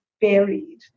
buried